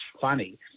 funny